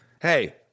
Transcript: Hey